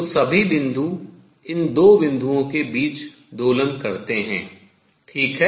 तो सभी बिंदु इन 2 बिंदुओं के बीच दोलन करते हैं ठीक है